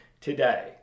today